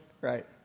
right